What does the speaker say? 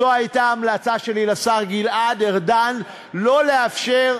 זו הייתה המלצה שלי לשר גלעד ארדן: לא לאפשר,